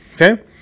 okay